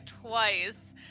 twice